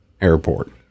airport